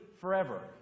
forever